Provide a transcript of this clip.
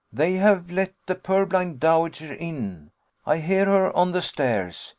they have let the purblind dowager in i hear her on the stairs.